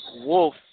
Wolf